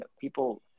people